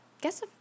guess